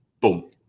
Boom